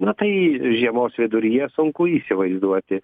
na tai žiemos viduryje sunku įsivaizduoti